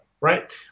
right